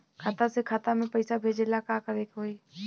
खाता से खाता मे पैसा भेजे ला का करे के होई?